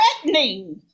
threatening